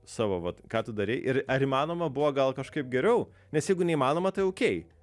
savo vat ką tu darei ir ar įmanoma buvo gal kažkaip geriau nes jeigu neįmanoma tai okei